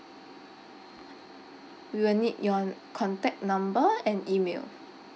we will need your contact number and email